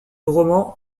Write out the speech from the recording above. roman